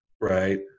right